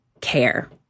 care